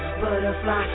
butterfly